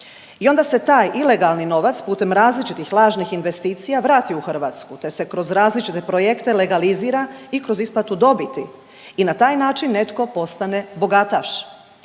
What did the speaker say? I onda se taj ilegalni novac putem različitih lažnih investicija vrati u Hrvatsku, te se kroz različite projekte legalizira i kroz isplatu dobiti i na taj način netko postane bogataš.